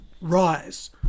rise